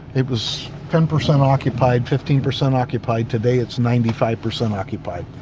it was ten percent occupied, fifteen percent occupied. today, it's ninety five percent occupied.